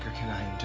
can i